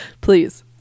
please